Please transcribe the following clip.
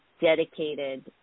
dedicated